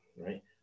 right